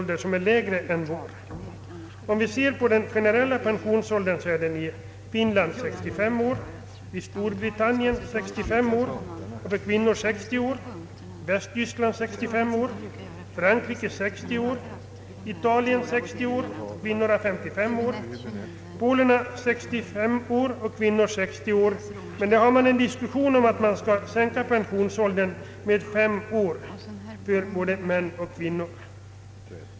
Den generella pensionsåldern är i Finland 65 år, i Storbritannien 65 år för män och 60 år för kvinnor, i Västtyskland 65 år, i Frankrike 60 år, i Italien 60 år för män och 55 år för kvinnor. Polen har 65 år för män och 60 år för kvinnor, men där diskuterar man sänkning av pensionsåldern med fem år för både män och kvinnor.